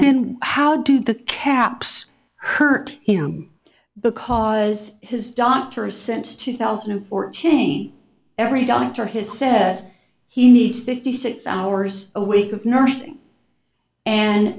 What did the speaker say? then how do the caps hurt him because his doctor since two thousand and four change every doctor his says he needs fifty six hours a week of nursing and